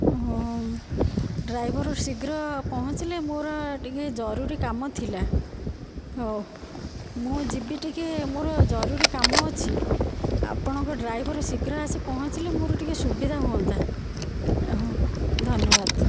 ଅ ହଁ ହଉଁ ଡ୍ରାଇଭର୍ ଶୀଘ୍ର ପହଞ୍ଚିଲେ ମୋର ଟିକିଏ ଜରୁରୀ କାମ ଥିଲା ହଉ ମୁଁ ଯିବି ଟିକିଏ ମୋର ଜରୁରୀ କାମ ଅଛି ଆପଣଙ୍କ ଡ୍ରାଇଭର୍ ଶୀଘ୍ର ଆସି ପହଞ୍ଚିଲେ ମୋର ଟିକିଏ ସୁବିଧା ହୁଅନ୍ତା ହଁ ଧନ୍ୟବାଦ୍